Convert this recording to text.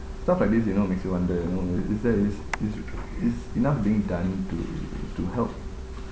stuff like this you know makes you wonder you know is there is is is enough being done to help